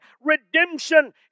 redemption